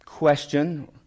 Question